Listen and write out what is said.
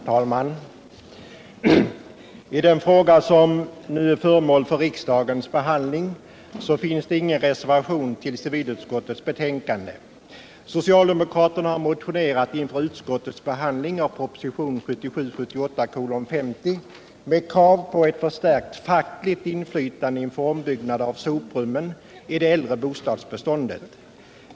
Herr talman! I den fråga som nu är föremål för riksdagens behandling finns det ingen reservation till utskottets betänkande. Socialdemokraterna har inför utskottets behandling av proposition 1977/78:50 väckt en motion med krav på ett förstärkt fackligt inflytande inför ombyggnader av soprummen i det äldre bostadsbeståndet.